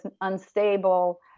unstable